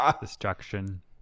Destruction